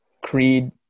Creed